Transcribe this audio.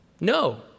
No